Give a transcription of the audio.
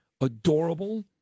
adorable